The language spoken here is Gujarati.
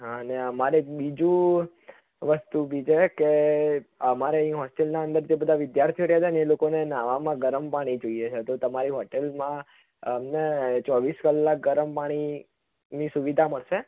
અને અમારે બીજું વસ્તુ બીજું એ કે અમારે અહીં હોસ્ટેલના અંદર જે બધા વિદ્યાર્થીઓ રહે છે ને એ લોકોને નાવામાં ગરમ પાણી જોઈએ છે તો તમારી હોટેલમાં અમને ચોવીસ કલાક ગરમ પાણીની સુવિધા મળશે